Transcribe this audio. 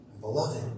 Beloved